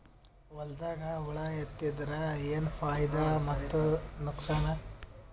ಹೊಲದಾಗ ಹುಳ ಎತ್ತಿದರ ಏನ್ ಫಾಯಿದಾ ಮತ್ತು ನುಕಸಾನ?